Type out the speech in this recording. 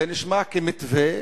נשמע כמתווה